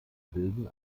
bilden